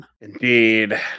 Indeed